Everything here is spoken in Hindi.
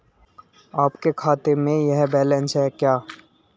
आपके खाते में यह बैलेंस है क्या?